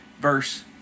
Verse